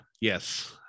Yes